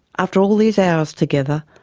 after all these hours together,